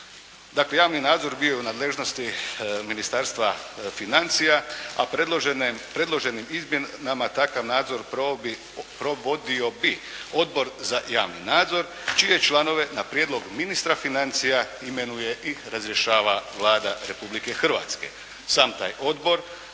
Dakle, javni nadzor je bio u nadležnosti Ministarstva financija, a predloženim izmjenama takav nadzor provodio bi Odbor za javni nadzor čije članove na prijedlog ministra financija imenuje i razrješava Vlada Republike Hrvatske. Sam taj odbor,